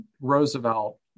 Roosevelt